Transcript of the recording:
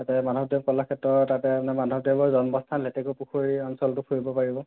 তাতে মাধৱদেৱ কলাক্ষেত্ৰ তাতে আপোনাৰ মাধৱদেৱৰ জন্মস্থান লেটেকুপুখুৰী অঞ্চলটো ফুৰিব পাৰিব